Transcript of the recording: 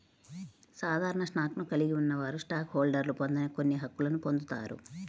సాధారణ స్టాక్ను కలిగి ఉన్నవారు స్టాక్ హోల్డర్లు పొందని కొన్ని హక్కులను పొందుతారు